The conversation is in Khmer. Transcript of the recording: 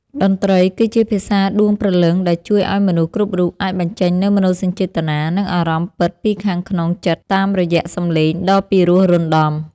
តន្ត្រីគឺជាភាសាដួងព្រលឹងដែលជួយឱ្យមនុស្សគ្រប់រូបអាចបញ្ចេញនូវមនោសញ្ចេតនា និងអារម្មណ៍ពិតពីខាងក្នុងចិត្តតាមរយៈសម្លេងដ៏ពីរោះរណ្ដំ។